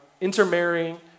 intermarrying